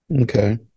Okay